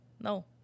No